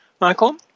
Michael